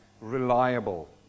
Reliable